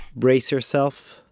brace yourself,